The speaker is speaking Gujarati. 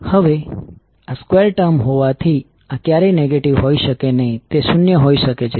હવે આ સ્ક્વેર ટર્મ હોવાથી આ ક્યારેય નેગેટિવ હોઈ શકે નહીં તે શૂન્ય હોઈ શકે છે